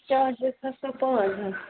charges کھسنو پانٛژھ ہَتھ